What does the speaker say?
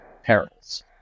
perils